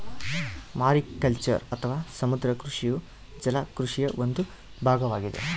mariculture ಅಥವಾ ಸಮುದ್ರ ಕೃಷಿಯು ಜಲ ಕೃಷಿಯ ಒಂದು ಭಾಗವಾಗಿದೆ